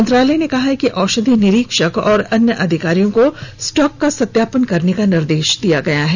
मंत्रालय ने कहा है कि औषधि निरीक्षक और अन्य अधिकारियों को स्टॉक का सत्यापन करने के निर्देश दिए गए हैं